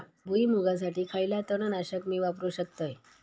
भुईमुगासाठी खयला तण नाशक मी वापरू शकतय?